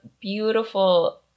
beautiful